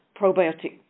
probiotic